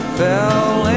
fell